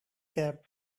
cab